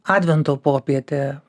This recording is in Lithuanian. advento popietė